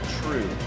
true